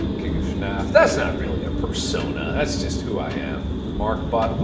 king of fnaf. that's not really a persona. that's just who i am. mark-bot.